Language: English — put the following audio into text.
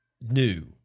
new